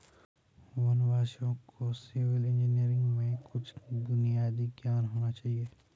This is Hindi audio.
वनवासियों को सिविल इंजीनियरिंग में कुछ बुनियादी ज्ञान होना चाहिए